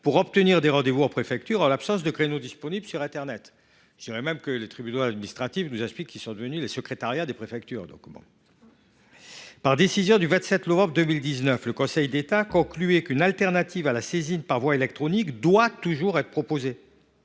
pour obtenir des rendez vous en préfecture, en raison de l’absence de créneau disponible sur internet. Les tribunaux administratifs nous expliquent même qu’ils sont devenus les secrétariats des préfectures… Dans sa décision du 27 novembre 2019, le Conseil d’État concluait qu’une solution de rechange à la saisine par voie électronique devait toujours être proposée.